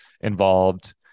involved